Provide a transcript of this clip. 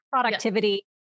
productivity